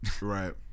Right